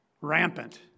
Rampant